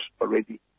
already